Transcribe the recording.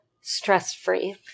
stress-free